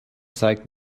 zeigt